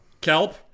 kelp